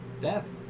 death